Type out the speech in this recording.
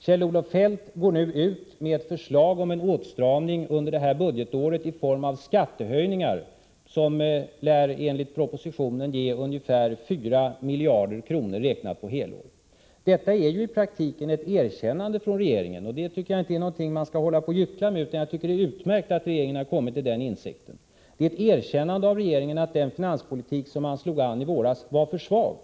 Kjell-Olof Feldt går nu ut med ett förslag om en åtstramning under detta budgetår i form av skattehöjningar, som enligt propositionen lär ge en effekt, räknat på helår, av ungefär 4 miljarder kronor. Detta är ju i praktiken ett erkännande från regeringens sida, och jag tycker inte att man skall hyckla på den punkten. Det är utmärkt att regeringen har kommit fram till denna insikt, som alltså innebär ett erkännande från regeringen av att den finanspolitik som den slog in på i våras var för svag.